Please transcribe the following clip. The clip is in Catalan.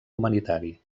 humanitari